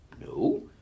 No